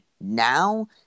now